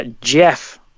Jeff